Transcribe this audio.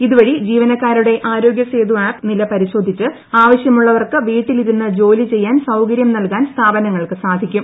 ഇതുവഴി ജീവനക്കാരുടെ ആരോഗ്യ സേതു ആപ്പ് നില പരിശോധിച്ച് ആവശ്യമുള്ളവർക്ക് വീട്ടിലിരുന്ന് ജോലി ചെയ്യാൻ സൌകര്യം നൽകാൻ സ്ഥാപനങ്ങൾക്ക് സാധിക്കും